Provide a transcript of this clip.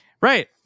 Right